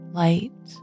light